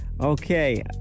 Okay